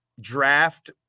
draft –